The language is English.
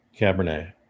Cabernet